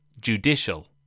Judicial